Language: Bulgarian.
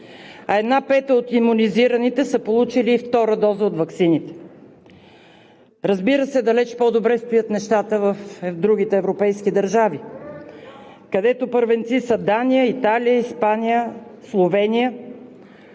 а една пета от имунизираните са получили и втора доза от ваксините. Разбира се, далече по-добре стоят нещата в другите европейски държави, където първенци са Дания, Италия, Испания, Словения.